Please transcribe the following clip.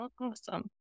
awesome